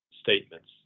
statements